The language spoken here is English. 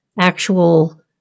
actual